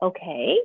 Okay